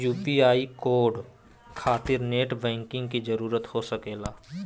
UPI code खातिर net banking की जरूरत हो सके ला?